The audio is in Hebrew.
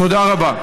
תודה רבה.